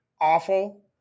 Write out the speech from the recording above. awful